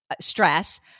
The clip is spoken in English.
stress